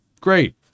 Great